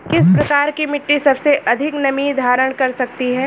किस प्रकार की मिट्टी सबसे अधिक नमी धारण कर सकती है?